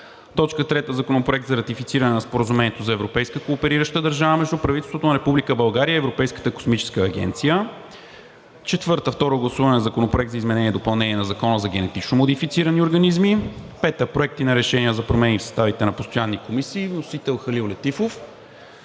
със стоки. 3. Законопроект за ратифициране на Споразумението за европейска кооперираща държава между правителството на Република България и Европейската космическа агенция. 4. Второ гласуване на Законопроекта за изменение и допълнение на Закона за генетично модифицирани организми. 5. Проекти на решения за промени в съставите на постоянни комисии. Вносител – Халил Летифов.